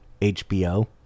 hbo